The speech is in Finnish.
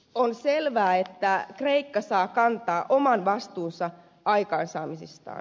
on selvää että kreikka saa kantaa oman vastuunsa aikaansaamisistaan